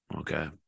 Okay